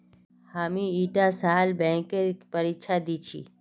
हामी ईटा साल बैंकेर परीक्षा दी छि